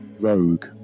rogue